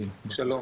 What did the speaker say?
שלום.